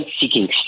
seeking